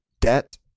debt